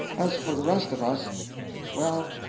as for the rest of us well,